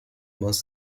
most